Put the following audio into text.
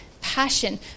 passion